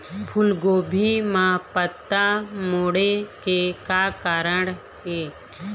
फूलगोभी म पत्ता मुड़े के का कारण ये?